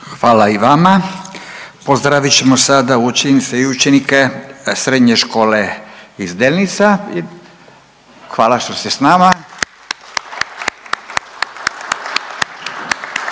Hvala i vama. Pozdravit ćemo sada učenice i učenike srednje škole iz Delnica. Hvala što ste sa nama!